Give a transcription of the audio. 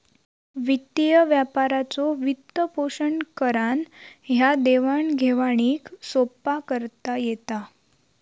वित्तीय व्यापाराचो वित्तपोषण करान ह्या देवाण घेवाणीक सोप्पा करता येता